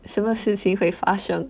什么事情会发生